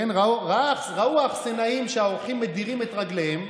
ראו האכסנאים שהאורחים מדירים את רגליהם,